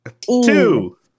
Two